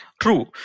True